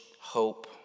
hope